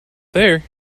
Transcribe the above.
there